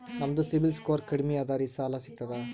ನಮ್ದು ಸಿಬಿಲ್ ಸ್ಕೋರ್ ಕಡಿಮಿ ಅದರಿ ಸಾಲಾ ಸಿಗ್ತದ?